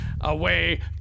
away